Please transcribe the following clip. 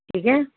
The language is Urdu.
ٹھیک ہے